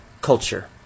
culture